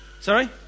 Sorry